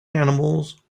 animals